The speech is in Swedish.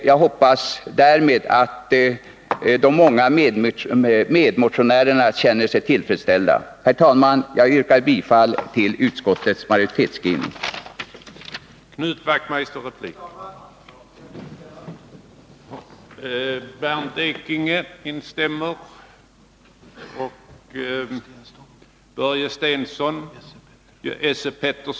Jag hoppas att de många motionärerna därmed känner sig tillfredsställda. Jag yrkar bifall till utskottsmajoritetens hemställan i betänkandet.